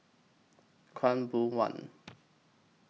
Khaw Boon Wan